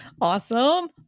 Awesome